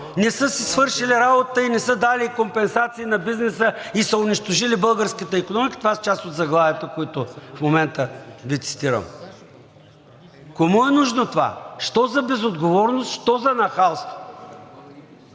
не са си свършили работата и не са дали компенсации на бизнеса и са унищожили българската икономика. Това са част от заглавията, които в момента Ви цитирам. Кому е нужно това? Що за безотговорност, що за нахалство?